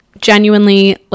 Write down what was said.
genuinely